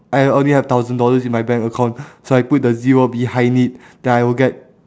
I only have thousand dollars in my bank account so I put a zero behind it then I will get